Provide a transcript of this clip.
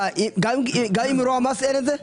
גם באירוע מס אין את זה?